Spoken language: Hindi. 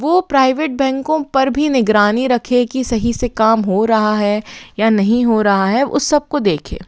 वो प्राइवेट बैंको पर भी निगरानी रखें कि सही से काम हो रहा है या नहीं हो रहा है उस सबको देखें